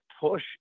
push